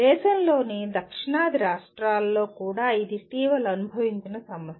దేశంలోని దక్షిణాది రాష్ట్రాల్లో కూడా ఇది ఇటీవల అనుభవించిన సమస్య